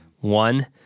One